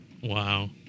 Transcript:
Wow